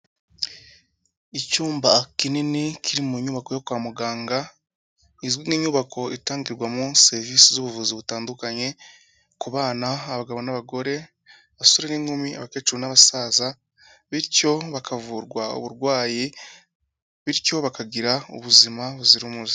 Icyumba kinini kiri mu nyubako yo kwa muganga izwi nk'inyubako itangirwamo serivisi z'ubuvuzi butandukanye, ku bana, abagabo n'abagore, abasore n'inkumi, abakecuru n'abasaza bityo bakavurwa uburwayi bityo bakagira ubuzima buzira umuze.